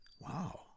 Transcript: Wow